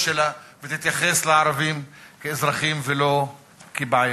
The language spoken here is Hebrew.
שלה ותתייחס לערבים כאל אזרחים ולא כאל בעיה.